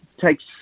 takes